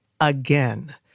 again